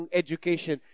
education